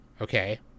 okay